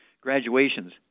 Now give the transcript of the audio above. graduations